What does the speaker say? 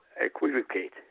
equivocate